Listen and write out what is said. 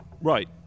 Right